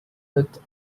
with